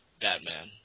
Batman